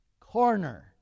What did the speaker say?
corner